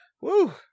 Woo